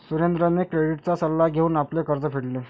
सुरेंद्रने क्रेडिटचा सल्ला घेऊन आपले कर्ज फेडले